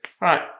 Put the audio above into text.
right